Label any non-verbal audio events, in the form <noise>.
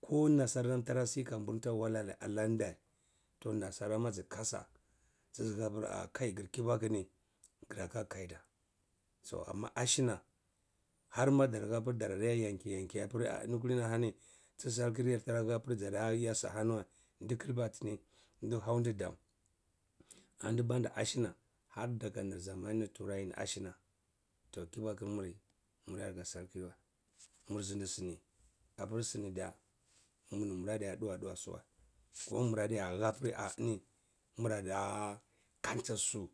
ko nasarar tarasi ka burta wal aladeh toh nasarar zi kasa tizihah pir ah-kah gir kibuku ni graka kaida so amma ashina harma dar hapir dadi yenkeh yenkeh apir-ah eni kidini-hani ti salhir yar tara hapir ga yasi apani ndi kuba tini ka haunde dam anti banda ashena har daga zamani turai nir ashina <unintelligible> muradi aka sarki na, mur zindi sini apir sani diya mumi murdiya duwa duwa suwa ko mura diya hapir adi eni murada <hesitation> kantisu.